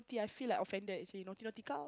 I feel like offended actually naughty naughty cow